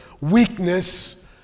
weakness